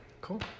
Cool